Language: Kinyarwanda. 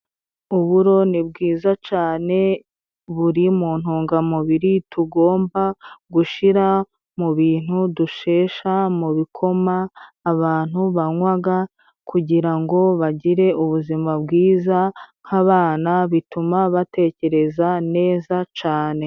Uburo ni bwiza cane buri mu ntungamubiri, tugomba gushira mu bintu dushesha mu bikoma abantu banywaga. Kugira ngo bagire ubuzima bwiza nk'abana bituma batekereza neza cane.